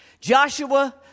Joshua